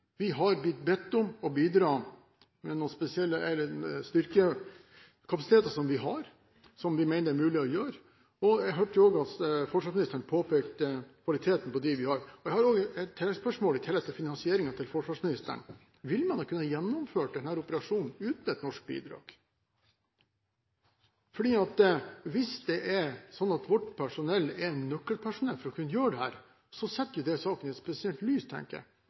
Vi har blitt bedt om å bidra med de styrkekapasitetene vi har. Vi mener det er mulig å gjøre dette. Jeg hørte også at forsvarsministeren påpekte kvaliteten på dem vi har. Jeg har et tilleggsspørsmål – i tillegg til finansieringen – til forsvarsministeren: Ville man kunne gjennomført denne operasjonen uten et norsk bidrag? Hvis det er sånn at vårt personell er nøkkelpersonell for å kunne gjøre dette, tenker jeg at det setter saken i et spesielt lys. Hvis vi gjør dette fordi vi blir spurt i en mer generell henvendelse, ligger det